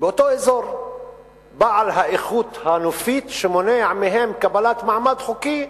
באותו אזור בעל האיכות הנופית שמונעת מהם קבלת מעמד חוקי.